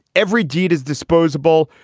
every deed is disposable.